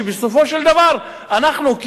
ובסופו של דבר אנחנו,